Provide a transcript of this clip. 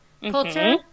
Culture